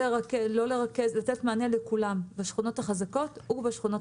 ולתת מענה לכולם, בשכונות החזקות ובשכונות החלשות.